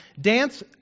dance